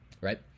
right